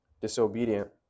disobedient